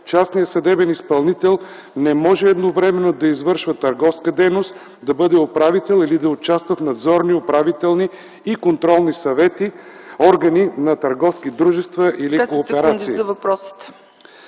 частният съдебен изпълнител не може едновременно да извършва търговска дейност, да бъде управител или да участва в надзорни, управителни и контролни съвети, органи на търговски дружества или кооперации.